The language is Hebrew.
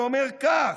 שאומר כך: